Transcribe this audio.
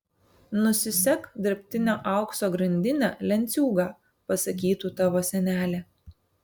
nusisek dirbtinio aukso grandinę lenciūgą pasakytų tavo senelė